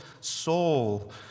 soul